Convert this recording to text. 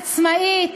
עצמאית,